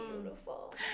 beautiful